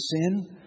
sin